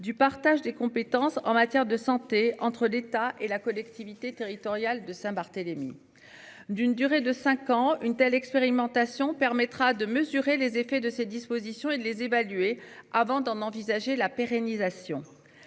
du partage des compétences en matière de santé entre l'état et la collectivité territoriale de Saint-Barthélemy. D'une durée de 5 ans une telle expérimentation permettra de mesurer les effets de ces dispositions et de les évaluer. Avant d'en envisager la pérennisation.